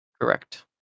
Correct